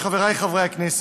חברי חברי הכנסת,